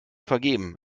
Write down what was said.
vergeben